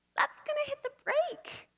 that's going to hit the brake,